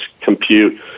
compute